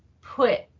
put